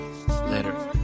Later